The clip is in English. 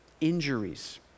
injuries